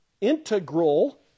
integral